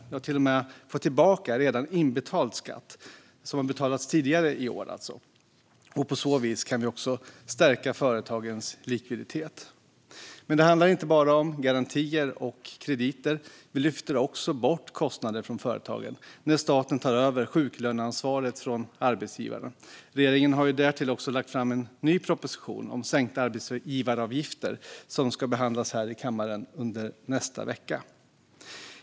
De kan till och med få tillbaka redan inbetald skatt, alltså sådan som har betalats in tidigare i år. På så vis kan vi också stärka företagens likviditet. Det handlar dock inte bara om garantier och krediter. Vi lyfter också bort kostnader från företagen i och med att staten tar över sjuklöneansvaret från arbetsgivarna. Regeringen har därtill lagt fram en ny proposition om sänkta arbetsgivaravgifter som under nästa vecka ska behandlas här i kammaren.